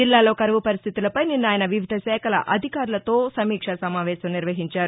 జిల్లాలో కరవు పరిస్థితులపై నిన్న ఆయన వివిధ శాఖల అధికారులతో సమీక్షాసమావేశం నిర్వహించారు